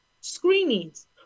screenings